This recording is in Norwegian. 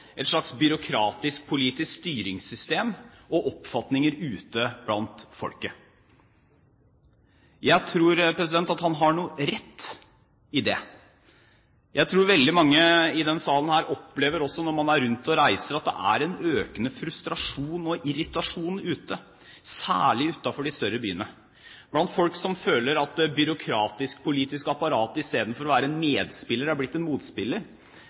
slags byråkratisk-politisk styringssystem og oppfatninger ute blant folket. Jeg tror at han har noe rett i det. Jeg tror veldig mange i denne salen når de er rundt og reiser, opplever at det er økende frustrasjon og irritasjon ute, særlig utenfor de større byene, blant folk som føler at det byråkratisk-politiske apparatet i stedet for å være en medspiller har blitt en motspiller,